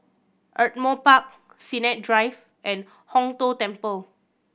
Ardmore Park Sennett Drive and Hong Tho Temple